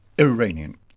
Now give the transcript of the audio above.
Iranian